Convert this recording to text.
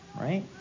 right